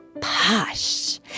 posh